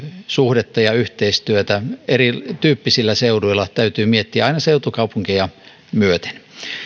suhdetta ja yhteistyötä erityyppisillä seuduilla täytyy miettiä aina seutukaupunkeja myöten